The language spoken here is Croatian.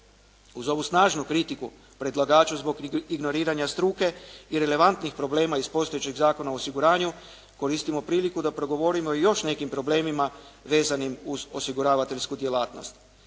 Uz ovu snažnu kritiku predlagaču zbog ignoriranja struke i relevantnih problema iz postojećeg Zakona o osiguranju koristimo priliku da progovorimo i o još nekim problemima vezanim uz osiguravateljsku djelatnost.